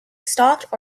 stalked